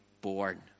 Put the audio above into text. born